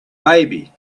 baby